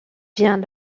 vient